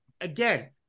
again